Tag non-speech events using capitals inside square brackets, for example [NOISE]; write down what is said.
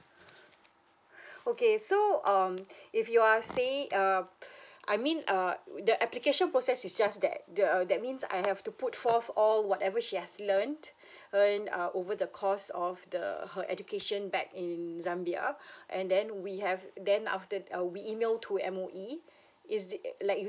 [BREATH] okay so um if you are saying um I mean uh the application process is just that the uh that means I have to put forth all whatever she has learnt earned uh over the course of the her education back in zambia and then we have then after that uh we email to M_O_E is it uh like you